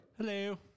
Hello